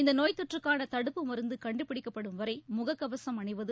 இந்த நோய் தொற்றுக்கான தடுப்பு மருந்து கண்டபிடிக்கப்படும் வரை முக கவசம் அணிவது